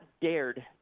dared